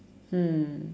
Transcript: mm